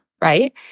right